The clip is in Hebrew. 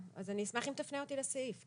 אשמח אם תפנה אותי לסעיף.